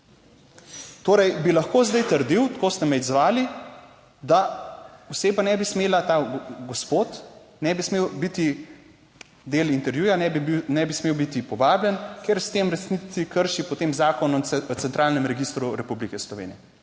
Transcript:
Torej bi lahko zdaj trdil, tako ste me izzvali, da oseba ne bi smela, ta gospod ne bi smel biti del Intervjuja, ne bi, ne bi smel biti povabljen, ker s tem v resnici krši potem Zakon o centralnem registru Republike Slovenije.